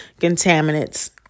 contaminants